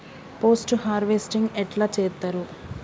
Post harvesting ఎట్ల చేత్తరు?